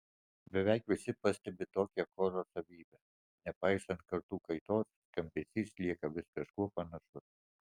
beveik visi pastebi tokią choro savybę nepaisant kartų kaitos skambesys lieka vis kažkuo panašus